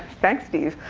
thanks, steve.